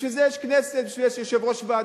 בשביל זה יש כנסת, בשביל זה יש יושב-ראש ועדה.